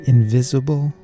Invisible